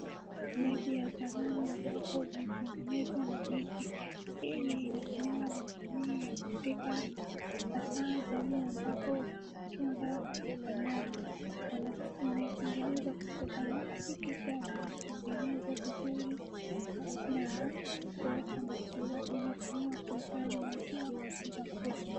Jegi ya zamani ambapo imetengenezwa na miti. Hili inatumiwa na jamii ya wa Afrika hasa jamii ambapo wanachunga wanyama. Wanaitengeneza kutoka miti kisha wanaitengeneza vizuri na kuweka maziwa. Inatumiwa kuhifadhi maziwa kwa muda mrefu.